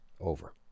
over